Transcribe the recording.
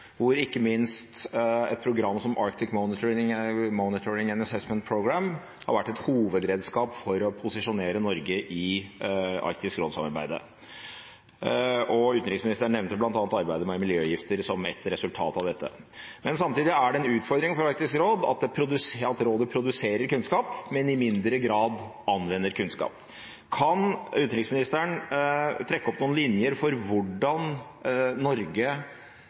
i Arktisk råd-samarbeidet. Utenriksministeren nevnte bl.a. arbeidet med miljøgifter som ett resultat av dette. Samtidig er det en utfordring for Arktisk råd at rådet produserer kunnskap, men i mindre grad anvender kunnskap. Kan utenriksministeren trekke opp noen linjer for hvordan Norge